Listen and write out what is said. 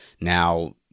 now